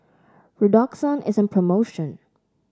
redoxon is on promotion